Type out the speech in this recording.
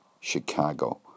Chicago